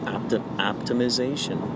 Optimization